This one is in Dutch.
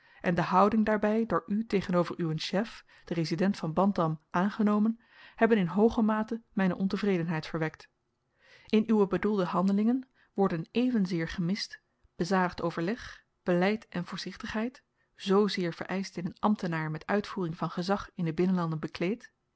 en de houding daarbij door u tegenover uwen chef den resident van bantam aangenomen hebben in hooge mate mijne ontevredenheid verwekt in uwe bedoelde handelingen worden evenzeer gemist bezadigd overleg beleid en voorzichtigheid zoo zeer vereischt in eenen ambtenaar met uitvoering van gezag in de binnenlanden bekleed